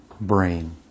brain